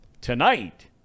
Tonight